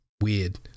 Weird